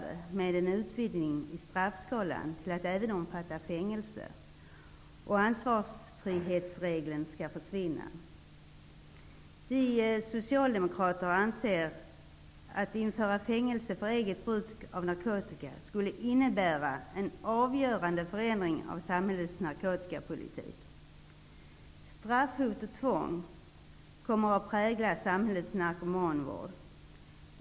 Det skall ske en utvidgning i straffskalan till att även omfatta fängelse, och ansvarsfrihetsregeln skall försvinna. Vi socialdemokrater anser att det skulle innebära en avgörande förändring av samhällets narkotikapolitik att införa fängelse för eget bruk av narkotika. Straffhot och tvång kommer att prägla samhällets narkomanvård.